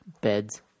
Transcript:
beds